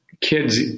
kids